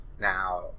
Now